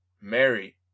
Mary